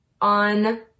on